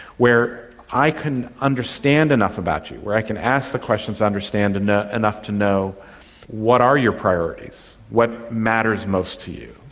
where i can understand enough about you, where i can ask the questions and understand and enough to know what are your priorities, what matters most to you.